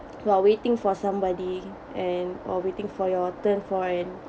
while waiting for somebody and or waiting for your turn for an